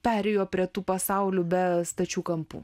perėjo prie tų pasaulių be stačių kampų